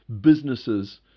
businesses